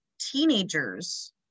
teenagers